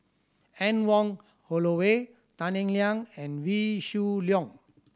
Anne Wong Holloway Tan Eng Liang and Wee Shoo Leong